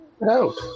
No